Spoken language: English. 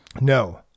no